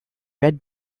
red